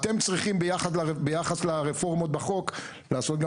אתם צריכים ביחס לרפורמות בחוק לעשות גם